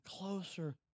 closer